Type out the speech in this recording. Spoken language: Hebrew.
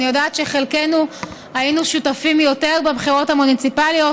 אני יודעת שחלקנו היינו שותפים יותר בבחירות המוניציפליות,